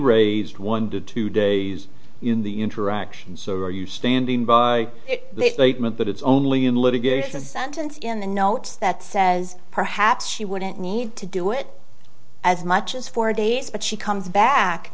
raised one to two days in the interaction so are you standing by at least eight meant that it's only in litigation a sentence in the notes that says perhaps she wouldn't need to do it as much as four days but she comes back